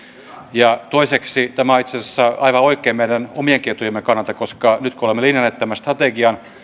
ja toiseksi tämä on itse asiassa aivan oikein meidän omienkin etujemme kannalta koska nyt kun olemme linjanneet tämän strategian